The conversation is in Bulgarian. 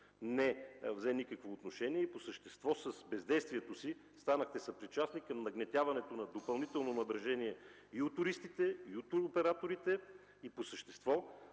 не взе никакво отношение и по същество с бездействието си станахте съпричастни към нагнетяването на допълнително напрежение и у туристите, и у туроператорите и по същество